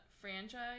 franchise